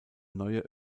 neue